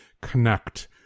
connect